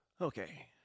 Okay